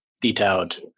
detailed